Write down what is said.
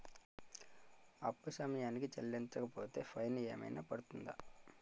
అప్పు సమయానికి చెల్లించకపోతే ఫైన్ ఏమైనా పడ్తుంద?